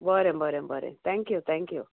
बरें बरें बरें थँक्यू थँक्यू